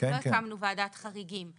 לא הקמנו ועדת חריגים.